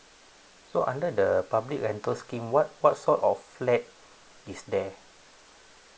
so under the public rental scheme what what sort of flat is there